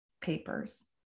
papers